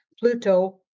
Pluto